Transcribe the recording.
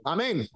Amen